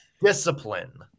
Discipline